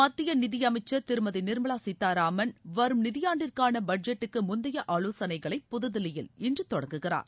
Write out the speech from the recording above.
மத்திய நிதியமைச்சர் திருமதி நிர்மலா சீதாராமன் வரும் நிதியாண்டிற்கான பட்ஜெட்டுக்கு முந்தைய ஆலோசனைகளை புதுதில்லியில் இன்று தொடங்குகிறார்